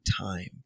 time